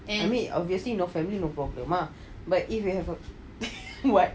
I mean obviously no family no problem ah if you have a what